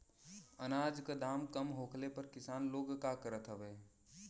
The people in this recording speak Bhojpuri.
अनाज क दाम कम होखले पर किसान लोग का करत हवे?